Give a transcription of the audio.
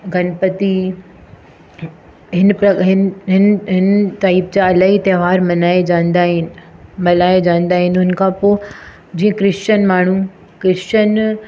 गणपती हिन पर हिन हिन हिन टाइप जा इलाही त्योहार मल्हाइजाईंदा आहिनि मल्हाइजाईंदा आहिनि उन खां पोइ ज क्रिशचन माण्हू क्रिशचन